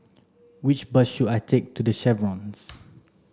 which bus should I take to The Chevrons